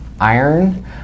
iron